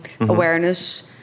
awareness